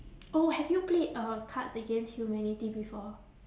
oh have you played um cards against humanity before